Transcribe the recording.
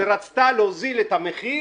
שרצתה להוזיל את המחיר